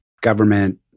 government